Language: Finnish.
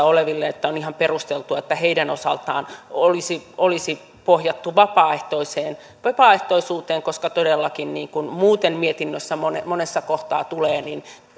oleville että on ihan perusteltua että heidän osaltaan olisi olisi pohjattu vapaaehtoisuuteen vapaaehtoisuuteen koska todellakin niin kuin muuten mietinnössä monessa monessa kohtaa tulee